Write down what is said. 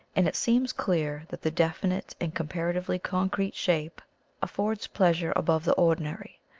and it seems clear that the definite and comparatively concrete shape affords pleasure above the ordinary.